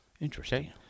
Interesting